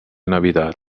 navidad